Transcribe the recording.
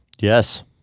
yes